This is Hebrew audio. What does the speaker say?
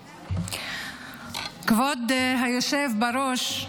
כבוד היושב בראש,